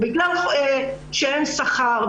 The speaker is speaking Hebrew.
בגלל שאין שכר,